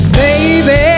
baby